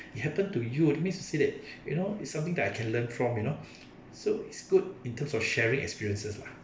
if it happened to you it means to say that you know it's something that I can learn from you know so it's good in terms of sharing experiences lah